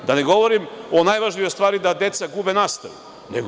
Da ne govorim o najvažnijoj stvari, da deca gube nastavu.